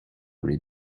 read